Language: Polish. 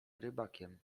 rybakiem